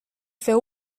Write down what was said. fer